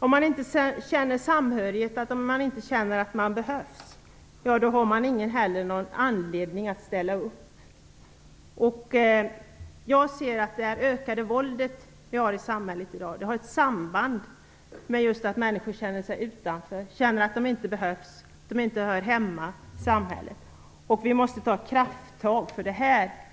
Om man inte känner samhörighet, om man inte känner att man behövs, då har man inte heller någon anledning att ställa upp. Jag ser att det ökande våldet i samhället i dag har ett samband med att människor känner sig utanför, känner att de inte behövs, inte hör hemma i samhället. Vi måste ta krafttag, för